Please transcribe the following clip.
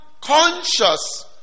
conscious